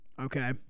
Okay